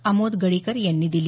आमोद गडीकर यांनी दिली